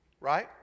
right